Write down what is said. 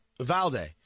Valde